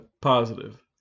Positive